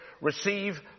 Receive